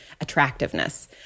attractiveness